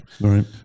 Right